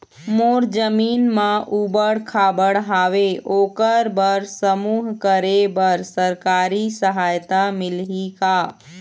मोर जमीन म ऊबड़ खाबड़ हावे ओकर बर समूह करे बर सरकारी सहायता मिलही का?